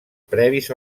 previs